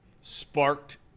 sparked